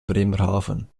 bremerhaven